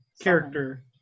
character